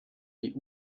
die